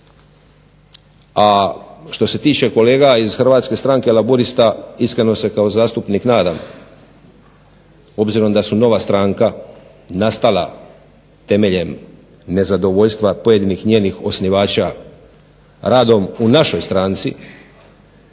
A što se tiče kolega iz Hrvatske stranke laburista iskreno se kao zastupnik nadam, obzirom da su nova stranka nastala temeljem nezadovoljstva pojedinih njenih osnivača radom u našoj stranci